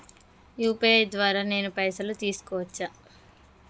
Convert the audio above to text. UPI ద్వారా నేను పైసలు తీసుకోవచ్చా?